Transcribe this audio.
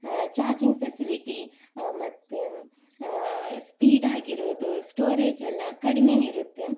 charging facility ಮತ್ತು ಸ್ಪೀಡಾಗಿರೋದು ಸ್ಟೋರೇಜೆಲ್ಲ ಕಡಿಮೆಯೇ ಇರುತ್ತೆ